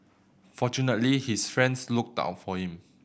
fortunately his friends looked out for him